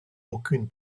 aucune